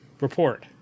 report